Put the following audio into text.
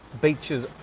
beaches